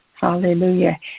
Hallelujah